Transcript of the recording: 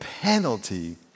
penalty